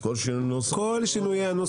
אתה כל כך רוצה, בסדר.